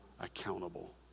accountable